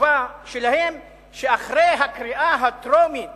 בתשובה שלהם, שאחרי הקריאה הטרומית